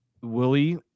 Willie